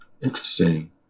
Interesting